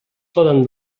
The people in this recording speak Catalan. poden